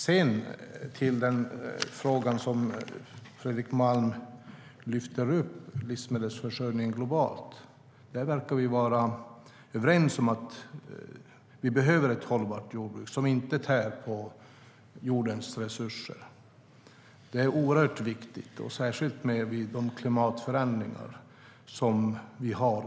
Sedan kommer jag till den fråga som Fredrik Malm lyfter upp om livsmedelsförsörjningen globalt. Där verkar vi vara överens om att vi behöver ett hållbart jordbruk som inte tär på jordens resurser. Det är oerhört viktigt särskilt med de klimatförändringar som vi har.